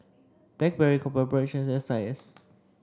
blackberry Copper Ridge and S I S